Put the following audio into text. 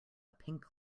pink